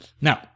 Now